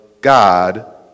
God